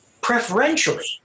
preferentially